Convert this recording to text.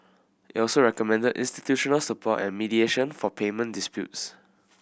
it also recommended institutional support and mediation for payment disputes